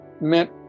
meant